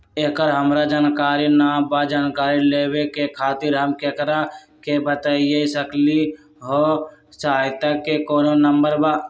एकर हमरा जानकारी न बा जानकारी लेवे के खातिर हम केकरा से बातिया सकली ह सहायता के कोनो नंबर बा?